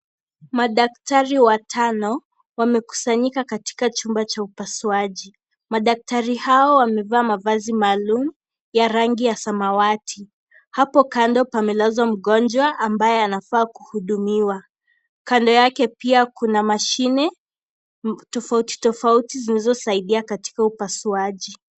Madaktari watano, wamekusanyika katika chumba cha upasuaji. Madaktari hawa wamevaa mavazi maalum ya rangi ya samawati. Hapo kando pamelazwa mgonjwa ambaye anafaa kuhudumiwa. Kando yake pia kuna mashine tofautitofauti zinazo saidia katika upasuaji.